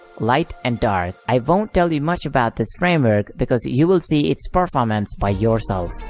light and dark. i won't tell you much about this framework because you will see its performance by yourself.